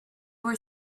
were